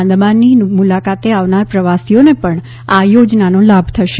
આંદામાનની મુલાકાતે આવનાર પ્રવાસીઓને પણ આ યોજનાનો લાભ થશે